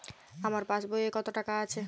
আমার পাসবই এ কত টাকা আছে?